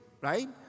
right